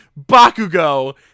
Bakugo